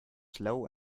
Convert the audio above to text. slow